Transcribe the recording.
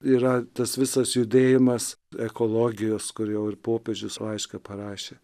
yra tas visas judėjimas ekologijos kur jau ir popiežius laišką parašė